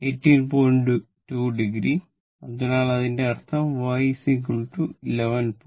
2 o അതിനാൽ അതിന്റെ അർത്ഥം y 11